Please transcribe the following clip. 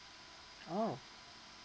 oh